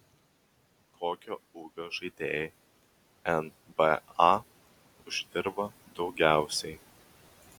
kokio ūgio žaidėjai nba uždirba daugiausiai